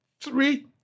three